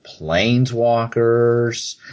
Planeswalkers